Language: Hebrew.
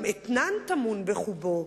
גם אתנן טמון בחובו,